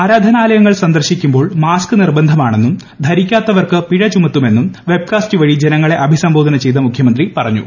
ആരാധനാലയങ്ങൾ സന്ദർശിക്കുമ്പോൾ മാസ്ക് നിർബന്ധമാണെന്നും ധരിക്കാത്തവർക്ക് പിഴ ചുമത്തുമെന്നും വെബ്കാസ്റ്റ് വഴി ജനങ്ങളെ അഭിസംബോധന ചെയ്ത മുഖ്യമന്ത്രി പറഞ്ഞു